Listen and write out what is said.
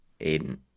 Aiden